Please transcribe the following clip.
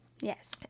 Yes